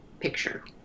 picture